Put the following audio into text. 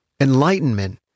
Enlightenment